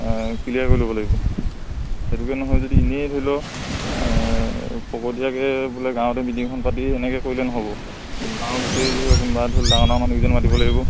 clear কৰি ল'ব লাগিব সেইটোকে নহয় যদি এনেই ধৰি ল ফকতীয়াকৈ বোলে গাঁৱতে মিটিং এখন পাতি এনেকৈ কৰিলে নহ'ব গাঁৱৰ গোটেই ধৰক কোনোবা ধৰি ল ডাঙৰ ডাঙৰ মানুহকেইজন মাতিব লাগিব